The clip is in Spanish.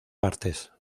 partes